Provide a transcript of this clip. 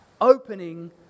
opening